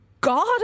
God